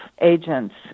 agents